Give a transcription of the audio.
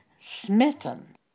smitten